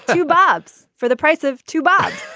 you bob's for the price of two, bob,